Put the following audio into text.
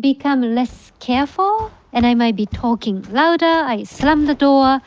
become less careful and i might be talking louder, i slam the door.